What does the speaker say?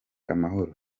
amahoro